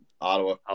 Ottawa